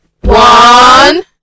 One